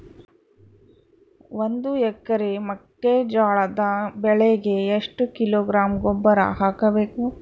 ಒಂದು ಎಕರೆ ಮೆಕ್ಕೆಜೋಳದ ಬೆಳೆಗೆ ಎಷ್ಟು ಕಿಲೋಗ್ರಾಂ ಗೊಬ್ಬರ ಹಾಕಬೇಕು?